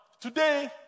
today